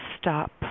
stop